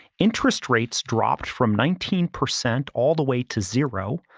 interest rates dropped from nineteen percent all the way to zero.